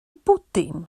bwdin